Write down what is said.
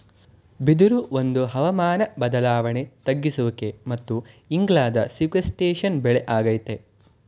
ಬಿದಿರು ಒಂದು ಹವಾಮಾನ ಬದ್ಲಾವಣೆ ತಗ್ಗಿಸುವಿಕೆ ಮತ್ತು ಇಂಗಾಲದ ಸೀಕ್ವೆಸ್ಟ್ರೇಶನ್ ಬೆಳೆ ಆಗೈತೆ